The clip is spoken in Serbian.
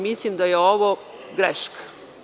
Mislim da je ovo greška.